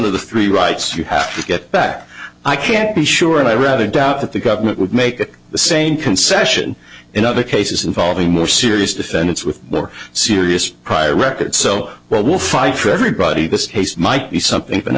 of the three rights you have to get back i can't be sure and i rather doubt that the government would make the same concession in other cases involving more serious defend its with more serious prior record so well will fight for everybody this case might be something